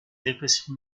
dépression